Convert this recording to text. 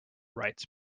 rights